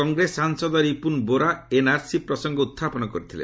କଂଗ୍ରେସ ସାଂସଦ ରିପୁନ୍ ବୋରା ଏନ୍ଆର୍ସି ପ୍ରସଙ୍ଗ ଉତ୍ଥାପନ କରିଥିଲେ